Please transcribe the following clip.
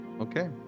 Okay